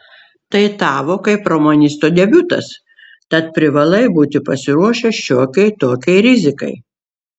tai tavo kaip romanisto debiutas tad privalai būti pasiruošęs šiokiai tokiai rizikai